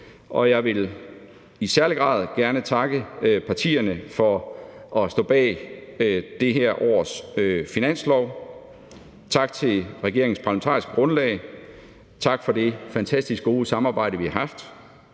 og jeg vil i særlig grad gerne takke partierne for at stå bag det her års finanslov. Tak til regeringens parlamentariske grundlag, tak for det fantastisk gode samarbejde, vi har haft.